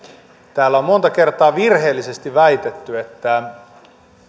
täällä on monta kertaa virheellisesti väitetty että